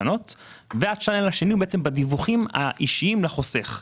הערוץ השני הוא בדיווחים האישיים לחוסך.